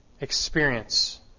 experience